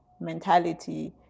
mentality